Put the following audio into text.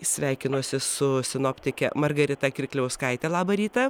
sveikinuosi su sinoptike margarita kirkliauskaite labą rytą